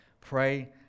Pray